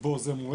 ובו איזה מוהל,